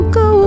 go